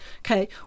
okay